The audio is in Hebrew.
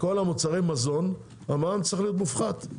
כל מוצרי המזון המע"מ צריך להיות מופחת.